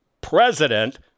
President